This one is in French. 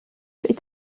est